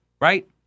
right